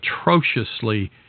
atrociously